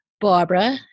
barbara